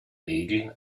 regel